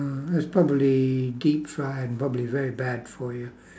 uh it's probably deep fried and probably very bad for you